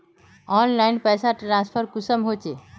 Online पैसा transfer कुंसम होचे?